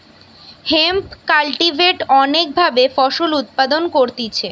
hemp cultivate অনেক ভাবে ফসল উৎপাদন করতিছে